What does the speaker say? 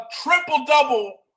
triple-double